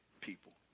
people